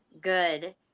good